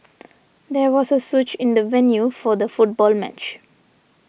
there was a switch in the venue for the football match